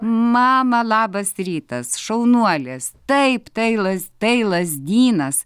mama labas rytas šaunuolės taip tai las tai lazdynas